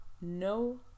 no